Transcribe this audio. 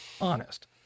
honest